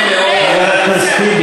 חבר הכנסת טיבי.